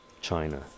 China